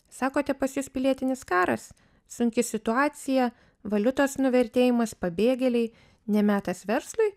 sakote pas jus pilietinis karas sunki situacija valiutos nuvertėjimas pabėgėliai ne metas verslui